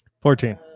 Fourteen